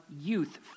youth